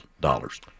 dollars